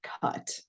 cut